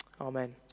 Amen